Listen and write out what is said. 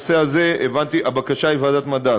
אבל לנושא הזה הבקשה היא ועדת המדע,